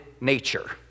nature